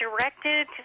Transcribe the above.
directed